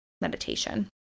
meditation